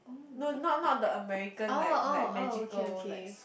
no not not the American like like magical like su~